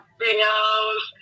videos